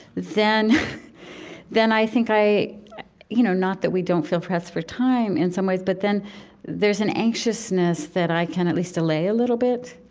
then then i think i you know, not that we don't feel pressed for time in some ways, but then there's an anxiousness that i can at least allay a little bit.